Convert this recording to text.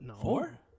Four